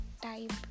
type